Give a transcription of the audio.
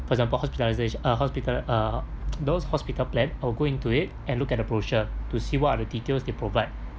for example hospitalisat~ uh hospital~ uh those hospital plan I'll go into it and look at the brochure to see what are the details they provide